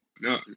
no